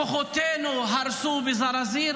כוחותינו הרסו בזרזיר?